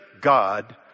God